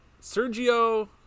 Sergio